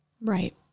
Right